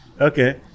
okay